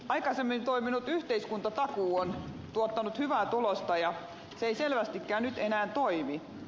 aikaisemmin toiminut yhteiskuntatakuu on tuottanut hyvää tulosta ja se ei selvästikään nyt enää toimi